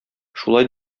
шулай